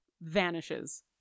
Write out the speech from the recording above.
vanishes